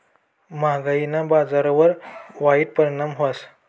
म्हागायीना बजारवर वाईट परिणाम व्हस